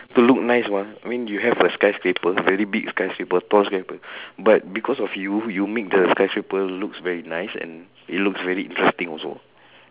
to look nice mah I mean you have a skyscraper very big skyscraper tall skyscraper but because of you you make the skyscraper looks very nice and it looks very interesting also